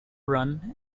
run